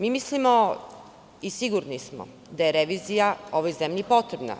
Mi mislimo i sigurni smo da je revizija ovoj zemlji potrebna.